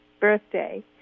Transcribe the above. birthday